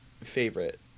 favorite